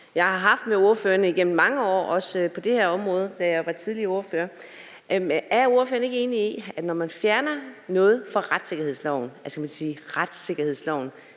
jeg har haft med ordføreren igennem mange år, også på det her område, da jeg tidligere var ordfører. Er ordføreren ikke enig i, at når man fjerner noget fra retssikkerhedsloven,